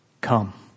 Come